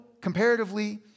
comparatively